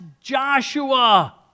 Joshua